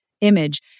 image